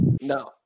no